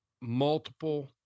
multiple